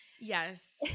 yes